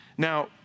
Now